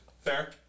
Fair